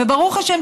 וברוך השם,